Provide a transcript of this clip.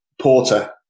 Porter